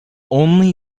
only